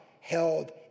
held